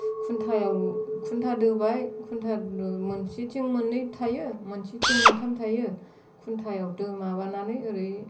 खुन्थायाव खुन्था दोबाय खुन्था द मोनसेथिं मोननै थायो मोनसेथिं मोनथाम थायो खुन्थायाव माबानानै ओरै